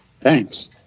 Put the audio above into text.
Thanks